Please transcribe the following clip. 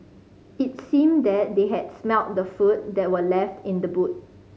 it seemed that they had smelt the food that were left in the boot